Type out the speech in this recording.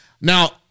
Now